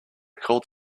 called